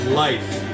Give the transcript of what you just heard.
life